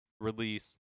release